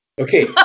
Okay